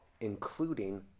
including